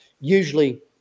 usually